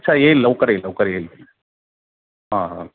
अच्छा येईल लवकर येईल लवकर येईल हां हां